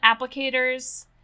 applicators